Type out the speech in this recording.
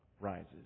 rises